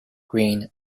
green